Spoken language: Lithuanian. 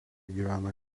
gyvena